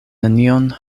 nenion